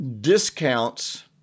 discounts